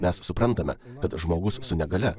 mes suprantame kad žmogus su negalia